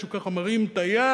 שככה מרים את היד,